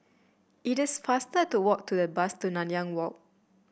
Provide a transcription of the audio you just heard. it is faster to walk to the bus to Nanyang Walk